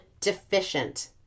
deficient